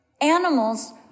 Animals